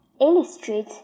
Illustrate